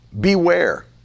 beware